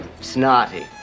Snotty